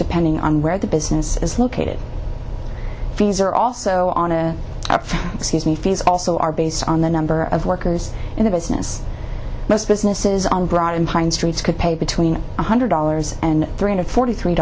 depending on where the business is located fees are also on a excuse me fees also are based on the number of workers in the business most businesses on brought in pine streets could pay between one hundred dollars and three hundred forty three